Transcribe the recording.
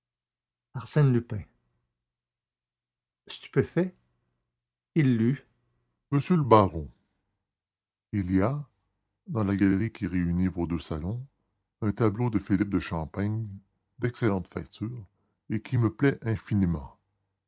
arsène lupin stupéfait il lut monsieur le baron il y a dans la galerie qui réunit vos deux salons un tableau de philippe de champaigne d'excellente facture et qui me plaît infiniment